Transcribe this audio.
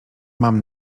mam